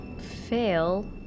fail